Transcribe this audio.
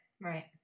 right